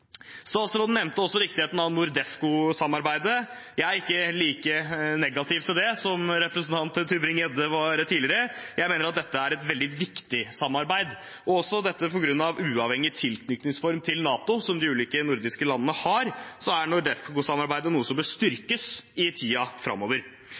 Statsråden nevnte også viktigheten av NORDEFCO-samarbeidet. Jeg er ikke like negativ til det som representanten Tybring-Gjedde var her tidligere. Jeg mener at dette er et veldig viktig samarbeid. Også på grunn av uavhengige tilknytningsformer til NATO som de ulike nordiske landene har, er NORDEFCO-samarbeidet noe som bør